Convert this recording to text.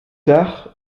tard